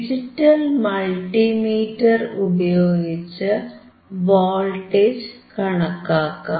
digital multimeter ഉപയോഗിച്ച് voltage കണക്കാക്കാം